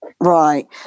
Right